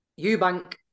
Eubank